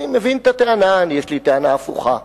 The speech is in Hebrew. אני מבין את הטענה, יש לי טענה הפוכה.